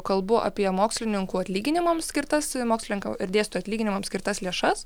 kalbu apie mokslininkų atlyginimam skirtas mokslinka ir dėsto atlyginimam skirtas lėšas